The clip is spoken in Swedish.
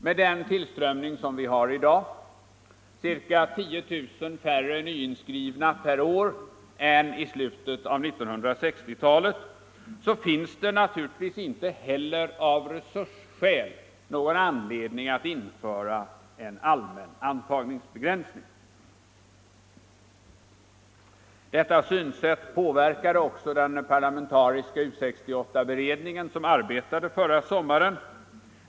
Med den tillströmning vi har i dag — ca 10 000 färre nyinskrivna per år än under slutet av 1960-talet —- finns det inte heller av resursskäl någon anledning att införa en allmän antagningsbegränsning. Detta synsätt påverkade också den parlamentariska U 68-beredningen, som arbetade förra sommaren.